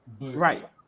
Right